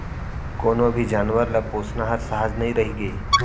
कोनों भी जानवर ल पोसना हर सहज नइ रइगे